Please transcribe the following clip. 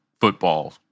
football